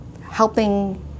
helping